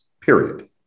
period